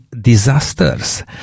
disasters